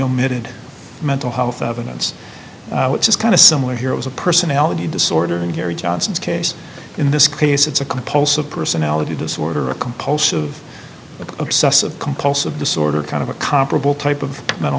omitted mental health evidence which is kind of similar here as a personality disorder in gary johnson's case in this case it's a compulsive personality disorder a compulsive obsessive compulsive disorder kind of a comparable type of mental